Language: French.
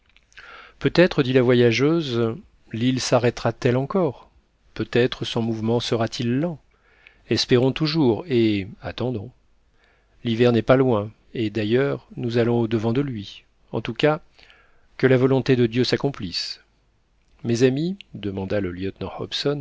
peut-être dit la voyageuse l'île sarrêtera t elle encore peut-être son mouvement sera-t-il lent espérons toujours et attendons l'hiver n'est pas loin et d'ailleurs nous allons audevant de lui en tout cas que la volonté de dieu s'accomplisse mes amis demanda le lieutenant